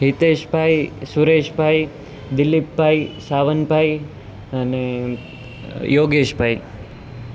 હિતેશભાઈ સુરેશભાઈ દિલીપભાઈ સાવનભાઈ અને યોગેશભાઈ